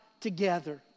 together